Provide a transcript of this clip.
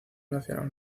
nacional